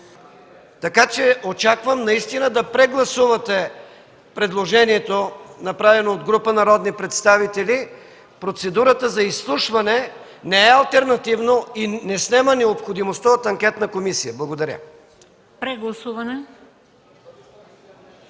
боите? Очаквам наистина да прегласувате предложението, направено от група народни представители. Процедурата за изслушване не е алтернативна и не снема необходимостта от анкетна комисия. Благодаря.